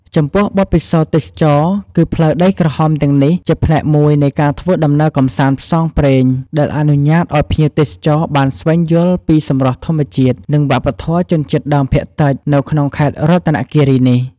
ចំពោះបទពិសោធន៍ទេសចរណ៍ គឺផ្លូវដីក្រហមទាំងនេះជាផ្នែកមួយនៃការធ្វើដំណើរកម្សាន្តផ្សងព្រេង ដែលអនុញ្ញាតឱ្យភ្ញៀវទេសចរបានស្វែងយល់ពីសម្រស់ធម្មជាតិ និងវប្បធម៌ជនជាតិដើមភាគតិចនៅក្នុងខេត្តរតនគិរីនេះ។